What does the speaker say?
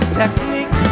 technique